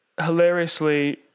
hilariously